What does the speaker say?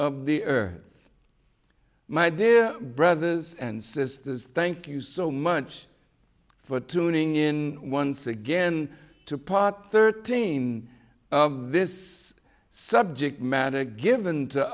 of the earth my dear brothers and sisters thank you so much for tuning in once again to plot thirteen of this subject matter given to